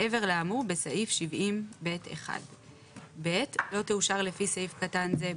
מעבר לאמור בסעיף 70ב(1); לא תאושר לפי סעיף קטן זה,